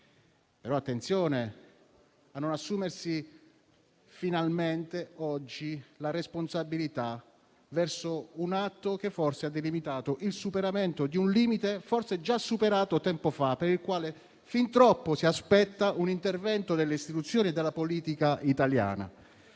ma attenzione a non assumersi finalmente oggi la responsabilità verso un atto che ha delimitato il superamento di un limite forse già superato tempo fa, per il quale fin troppo si aspetta un intervento delle istituzioni e della politica italiana.